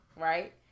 right